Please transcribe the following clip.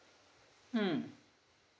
mm